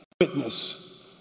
witness